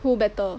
who better